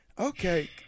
Okay